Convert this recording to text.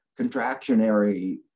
contractionary